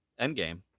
Endgame